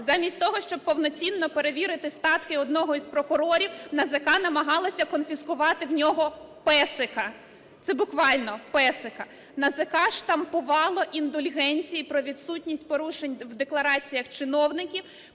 Замість того, щоб повноцінно перевірити статки одного із прокурорів НАЗК намагалося конфіскувати в нього песика. Це буквально, песика. НАЗК штампувало індульгенції про відсутність порушень в деклараціях чиновників,